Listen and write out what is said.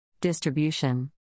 Distribution